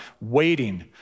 waiting